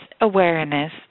awareness